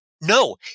No